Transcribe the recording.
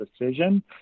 decision